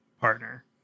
partner